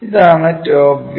ഇതാണ് top view